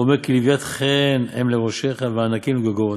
ואומר 'כי לווית חן הם לראשך וענקים לגרגרתיך',